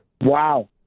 Wow